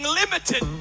limited